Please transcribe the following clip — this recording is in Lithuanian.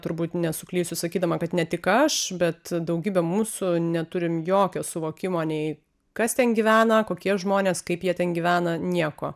turbūt nesuklysiu sakydama kad ne tik aš bet daugybė mūsų neturime jokio suvokimo nei kas ten gyvena kokie žmonės kaip jie ten gyvena nieko